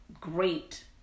great